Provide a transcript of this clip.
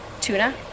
tuna